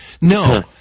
No